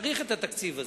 צריך את התקציב הזה,